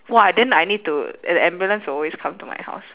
!wah! then I need to and the ambulance will always come to my house